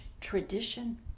tradition